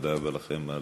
ותודה רבה לכם על